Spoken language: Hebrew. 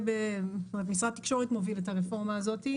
משרד התקשורת מוביל את הרפורמה הזאת,